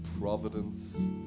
providence